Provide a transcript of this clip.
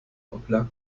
oblag